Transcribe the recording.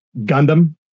Gundam